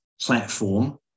platform